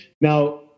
Now